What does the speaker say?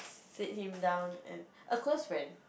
sit him down and a close friend